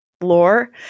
lore